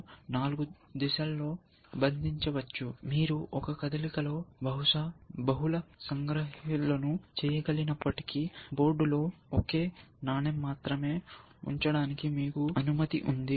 కాబట్టి మీరు నాలుగు దిశలలో బంధించవచ్చు మీరు ఒక కదలికలో బహుళ సంగ్రహాలను చేయగలిగినప్పటికీ బోర్డు లో ఒకే నాణెం మాత్రమే ఉంచడానికి మీకు అనుమతి ఉంది